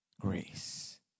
Grace